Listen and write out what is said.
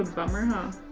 bummer, huh?